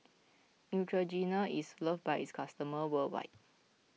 Neutrogena is loved by its customers worldwide